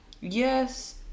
Yes